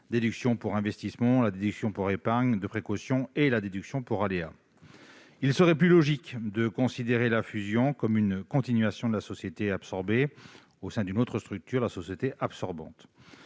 déduction pour investissement, la déduction pour épargne de précaution et la déduction pour aléas. Il serait plus logique de considérer la fusion comme une continuation de la société absorbée au sein d'une autre structure, à savoir la société absorbante.